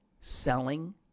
selling